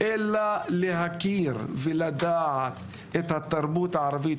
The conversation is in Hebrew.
אלא להכיר ולדעת את התרבות הערבית,